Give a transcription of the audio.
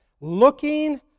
Looking